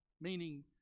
meaning